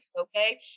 okay